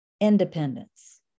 independence